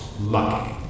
lucky